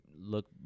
look